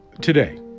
Today